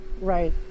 Right